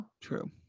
True